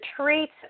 treats